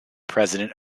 president